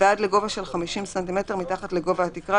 ועד לגובה של 50 ס"מ מתחת לגובה התקרה,